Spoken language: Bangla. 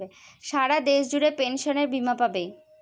সারা দেশ জুড়ে পেনসনের বীমা পাবে